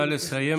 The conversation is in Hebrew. נא לסיים,